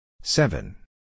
Seven